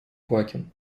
квакин